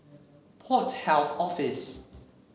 Port Health Office